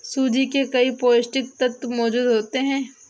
सूजी में कई पौष्टिक तत्त्व मौजूद होते हैं